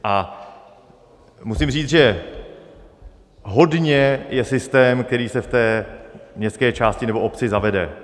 A musím říct, že hodně je systém, který se v té městské části nebo obci zavede.